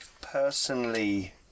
personally